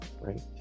right